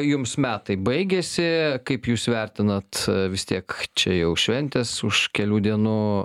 jums metai baigėsi kaip jūs vertinat vis tiek čia jau šventės už kelių dienų